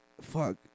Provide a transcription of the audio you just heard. fuck